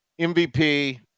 MVP